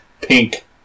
Pink